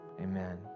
amen